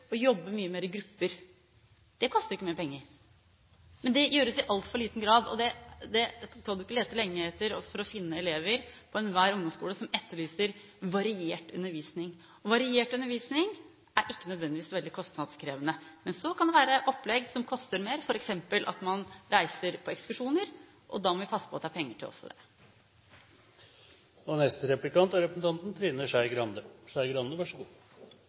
å jobbe mye mer i grupper. Det koster ikke mye penger. Men det gjøres i altfor liten grad, og du skal ikke lete lenge for å finne elever på enhver ungdomsskole som etterlyser variert undervisning. Variert undervisning er ikke nødvendigvis veldig kostnadskrevende. Men så kan det være opplegg som koster mer, f.eks. å reise på ekskursjoner, og da må vi passe på at det er penger også til det. Jeg har lyst til å følge opp det